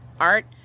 art